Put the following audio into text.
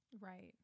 right